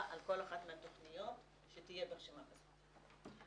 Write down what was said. על כל אחת מהתוכניות שתהיה ברשימה כזאת.